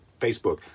Facebook